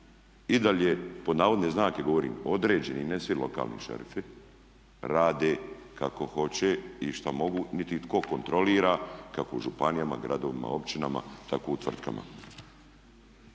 I dalje, pod navodne znake govorim, određeni ne svi "lokalni šerifi" rade kako hoće i što mogu. Niti ih tko kontrolira, kako u županijama, gradovima, općinama tako i u tvrtkama.